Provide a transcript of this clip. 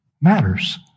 matters